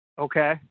Okay